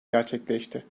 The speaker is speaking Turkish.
gerçekleşti